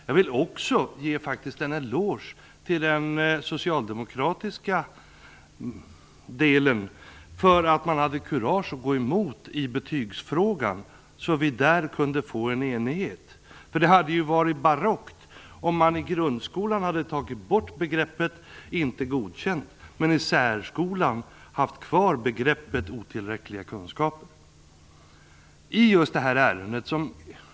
Jag vill också ge en eloge till socialdemokraterna för att de hade kurage att gå emot propositionen i betygsfrågan så att vi där kunde få enighet. Det hade varit barockt om man i grundskolan hade tagit bort begreppet inte godkänd men i särskolan haft kvar begreppet otillräckliga kunskaper.